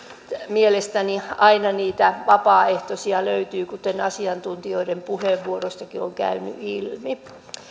mielestäni aina niitä vapaaehtoisia löytyy kuten asiantuntijoiden puheenvuoroistakin on käynyt ilmi